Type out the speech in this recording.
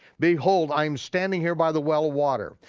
behold i'm standing here by the well water,